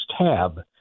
tab